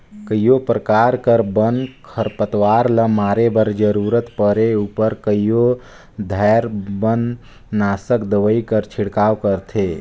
कइयो परकार कर बन, खरपतवार ल मारे बर जरूरत परे उपर कइयो धाएर बननासक दवई कर छिड़काव करथे